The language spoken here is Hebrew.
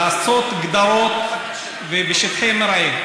לעשות גדרות ושטחי מרעה.